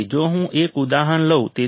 તેથી જો હું એક ઉદાહરણ લઉં